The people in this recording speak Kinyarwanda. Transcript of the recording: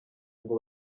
ngo